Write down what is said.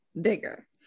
bigger